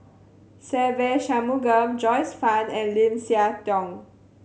Se Ve Shanmugam Joyce Fan and Lim Siah Tong